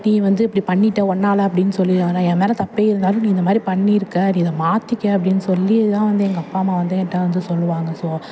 நீ வந்து இப்படி பண்ணிகிட்ட ஒன்னால் அப்படின் சொல்லி ஆனால் ஏன் மேலே தப்பே இருந்தாலும் நீ இந்த மாதிரி பண்ணிருக்க நீ இதை மாற்றிக்க அப்படின்னு சொல்லி தான் வந்து எங்கள் அப்பா அம்மா வந்து ஏன்கிட்ட வந்து சொல்லுவாங்க ஸோ